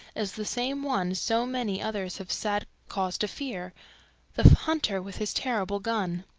is the same one so many others have sad cause to fear the hunter with his terrible gun.